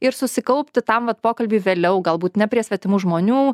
ir susikaupti tam vat pokalbiui vėliau galbūt ne prie svetimų žmonių